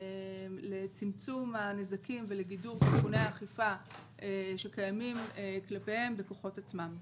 לצמצום הנזקים ולגידור סיכוני האכיפה שקיימים כלפיהם בכוחות עצמם.